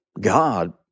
God